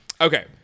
Okay